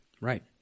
Right